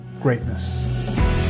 greatness